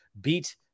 beat